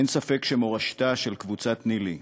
אין ספק שמורשתה של קבוצת ניל"י,